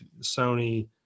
sony